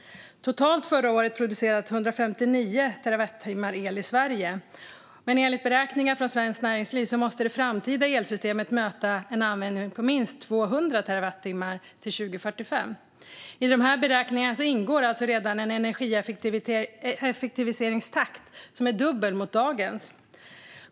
Totalt producerades förra året 159 terawattimmar el i Sverige. Men enligt beräkningar från Svenskt Näringsliv måste det framtida elsystemet kunna möta en användning på minst 200 terawattimmar till 2045. I dessa beräkningar ingår en energieffektiviseringstakt som är dubbel mot dagens.